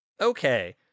Okay